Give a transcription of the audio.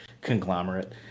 conglomerate